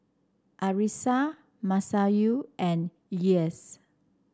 Arissa Masayu and Elyas